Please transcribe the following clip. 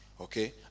Okay